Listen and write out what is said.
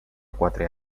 quatre